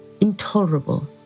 intolerable